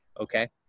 okay